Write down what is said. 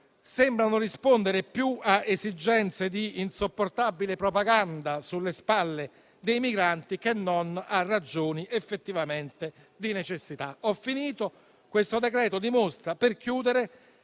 sembrano rispondere più a esigenze di insopportabile propaganda sulle spalle dei migranti, che non a ragioni effettivamente di necessità. In conclusione, il decreto-legge in